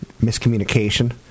miscommunication